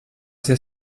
ser